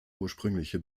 ursprüngliche